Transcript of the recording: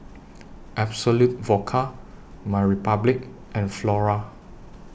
Absolut Vodka MyRepublic and Flora